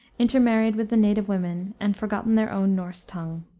intermarried with the native women, and forgotten their own norse tongue.